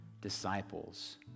disciples